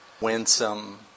winsome